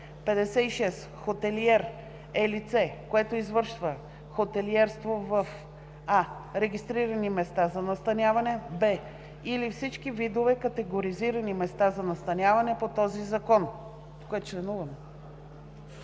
„56. „Хотелиер“ е лице, което извършва хотелиерство в: а) регистрирани места за настаняване; б) или всички видове категоризирани места за настаняване по този закон; в) или в